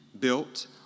built